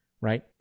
right